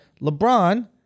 LeBron